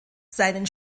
seinen